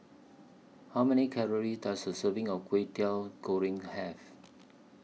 How Many Calories Does A Serving of Kway Teow Goreng Have